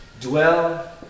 Dwell